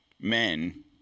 men